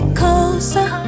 closer